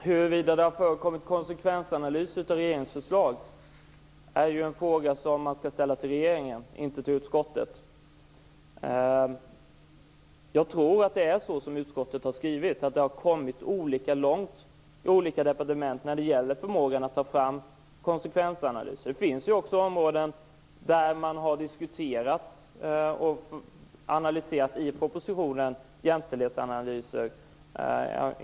Herr talman! Huruvida det gjorts konsekvensanalyser av regeringsförslag är en fråga som skall ställas till regeringen, inte till utskottet. Jag tror att man, som utskottet skriver, på olika departement har kommit olika långt när det gäller förmågan att ta fram konsekvensanalyser. Det finns ju områden där man i propositionen har diskuterat och studerat jämställdhetsanalyser.